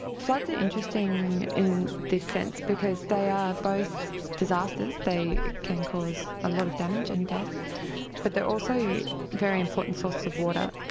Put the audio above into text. floods are interesting in this sense because they are both disasters they can cause a lot of damage and death but they're also very important sources of water.